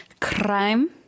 crime